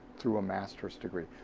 through a master's degree.